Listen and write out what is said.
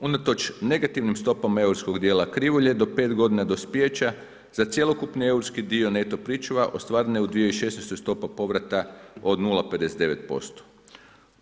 Unatoč negativnim stopama europskog djela krivulje, do 5 godina dospijeća za cjelokupni europski dio neto pričuva, ostvarena je u 2016. stopa povrata od 0,59%